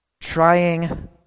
trying